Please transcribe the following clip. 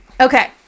Okay